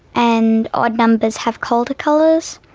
and odd numbers have colder colours.